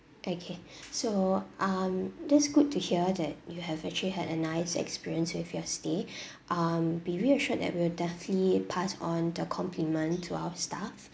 okay so um that's good to hear that you have actually had a nice experience with your stay um be reassured that we'll definitely pass on the compliment to our staff